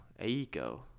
Aiko